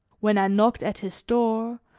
when i knocked at his door,